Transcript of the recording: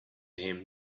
him